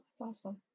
awesome